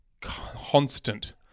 constant